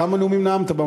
כמה נאומים נאמת,